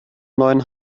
neuen